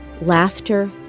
laughter